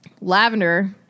Lavender